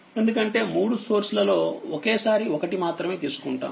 ఎందుకంటేమూడు సోర్స్లలో ఒకేసారి ఒకటి మాత్రమే తీసుకుంటారు